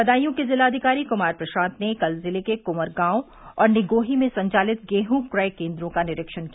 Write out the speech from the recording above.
बदायूं के जिलाधिकारी कुमार प्रशान्त ने कल जिले के कुंवरगांव और निगोही में संचालित गेहूं क्रय केंद्रों का निरीक्षण किया